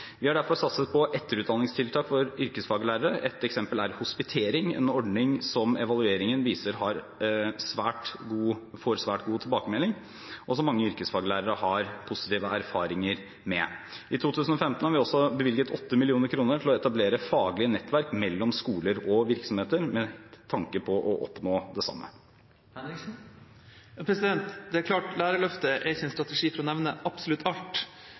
Vi har derfor satset på etterutdanningstiltak for yrkesfaglærere. Ett eksempel er hospitering, en ordning som evalueringen viser får svært god tilbakemelding, og som mange yrkesfaglærere har positive erfaringer med. I 2015 har vi også bevilget 8 mill. kr til å etablere faglige nettverk mellom skoler og virksomheter, med tanke på å oppnå det samme. Det er klart at Lærerløftet er ikke en strategi for å nevne absolutt alt,